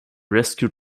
rescue